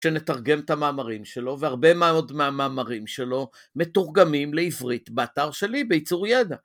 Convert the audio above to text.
שנתרגם את המאמרים שלו והרבה מהמאמרים שלו מתורגמים לעברית באתר שלי, ביצור ידע